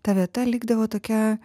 ta vieta likdavo tokia